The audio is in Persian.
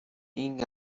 این